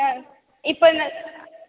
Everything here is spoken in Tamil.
ஆ இப்போ இந்த